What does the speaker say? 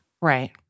Right